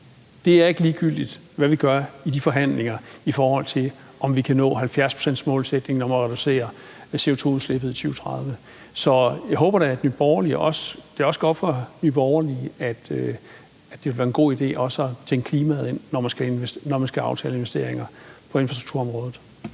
Det er ikke ligegyldigt, hvad vi gør i de forhandlinger, i forhold til om vi kan nå 70-procentsmålsætningen om at reducere CO₂-udslippet i 2030. Så jeg håber da, at det også er gået op for Nye Borgerlige, at det vil være en god idé at tænke klimaet ind, når man skal aftale investeringer på infrastrukturområdet.